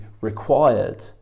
required